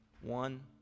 One